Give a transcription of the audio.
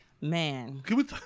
Man